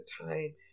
time